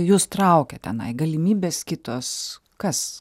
jus traukia tenai galimybės kitos kas